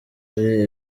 ari